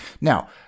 Now